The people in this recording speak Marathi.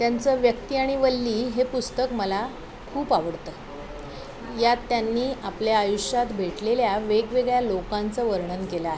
त्यांचं व्यक्ती आणि वल्ली हे पुस्तक मला खूप आवडतं यात त्यांनी आपल्या आयुष्यात भेटलेल्या वेगवेगळ्या लोकांचं वर्णन केलं आहे